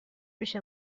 پیش